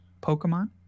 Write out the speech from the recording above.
pokemon